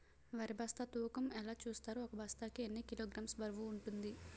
వరి బస్తా తూకం ఎలా చూస్తారు? ఒక బస్తా కి ఎన్ని కిలోగ్రామ్స్ బరువు వుంటుంది?